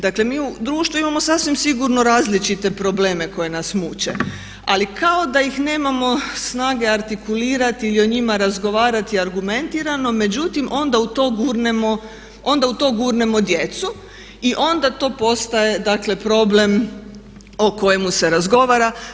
Dakle mi u društvu imamo sasvim sigurno različite probleme koji nas muče, ali kao da ih nemamo snage artikulirati ili o njima razgovarati argumentirano, međutim onda u to gurnemo djecu i onda to postaje dakle problem o kojemu se razgovara.